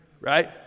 Right